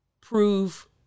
prove